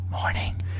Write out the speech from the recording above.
morning